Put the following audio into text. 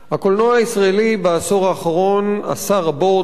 הקולנוע הישראלי בעשור האחרון עשה רבות: